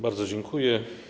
Bardzo dziękuję.